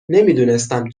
نمیدونستم